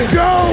go